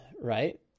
right